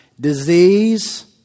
Disease